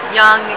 young